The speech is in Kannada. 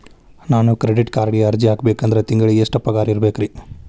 ನಾನು ಕ್ರೆಡಿಟ್ ಕಾರ್ಡ್ಗೆ ಅರ್ಜಿ ಹಾಕ್ಬೇಕಂದ್ರ ತಿಂಗಳಿಗೆ ಎಷ್ಟ ಪಗಾರ್ ಇರ್ಬೆಕ್ರಿ?